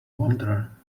wonder